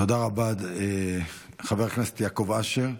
תודה רבה, חבר הכנסת יעקב אשר.